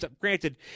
granted